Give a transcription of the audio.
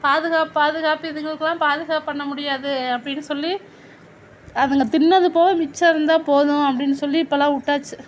பாதுகாப்பு பாதுகாப்பு இதுங்களுக்கு எல்லாம் பாதுகாப்பு பண்ண முடியாது அப்படின் சொல்லி அதுங்க தின்னது போக மிச்ச இருந்தா போதும் அப்படின்னு சொல்லி இப்போல்லாம் விட்டாச்சி